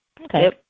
Okay